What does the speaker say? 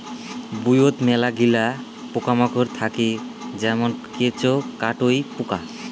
ভুঁইয়ত মেলাগিলা পোকামাকড় থাকি যেমন কেঁচো, কাটুই পোকা